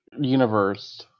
Universe